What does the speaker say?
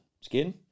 Skin